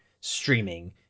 streaming